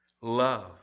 Love